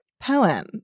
poem